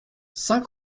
saint